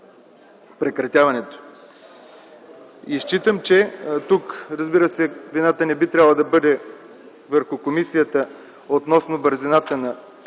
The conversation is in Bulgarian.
прекратяването. Смятам, разбира се, вината тук не би трябвало да бъде върху комисията относно бързината на